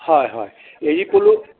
হয় হয় এৰি পলু